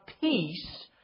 peace